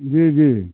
जी जी